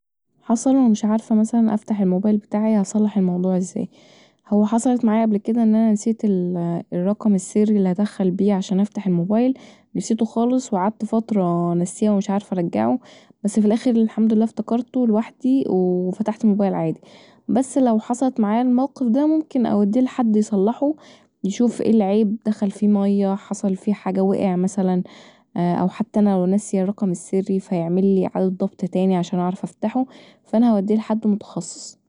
حصل ومش عارفه افتح الموبايل بتاعتي ومش عارفه هصلح الموضوع ازاي هو حصلت معايا قبل كدا ان انا نسيت الرقم السري الليرهدخل بيه عشان افتح الموبايل نسيته خالص وقعدت فتره نسياه ومش عارفه ارجعه بس في الاخر الحمدلله افتكرته لوحدي وفتحت الموبايل عادي بس لو حصلت معايا الموقف دا ممكن اوديه لحد يصلحه يشوف ايه العيب دخل فيه ميه حصل فيه حاجهوقع مثلا حتي انا ناسيه الرقم السري فيعملي اعادة ضبط تاني عشان اعرف افتحه فساعتها هوديه لحد متخصص